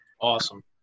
Awesome